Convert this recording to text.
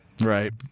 Right